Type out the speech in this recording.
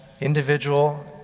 individual